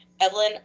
Evelyn